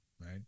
Right